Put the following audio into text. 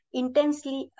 intensely